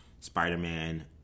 Spider-Man